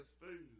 food